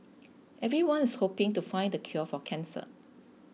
everyone's hoping to find the cure for cancer